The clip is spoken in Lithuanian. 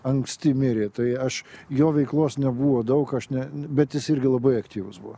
anksti mirė tai aš jo veiklos nebuvo daug aš ne bet jis irgi labai aktyvus buvo